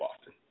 often